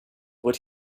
what